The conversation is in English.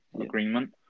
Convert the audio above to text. agreement